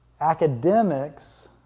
Academics